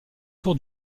tour